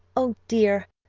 oh, dear,